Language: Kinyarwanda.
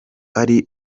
ari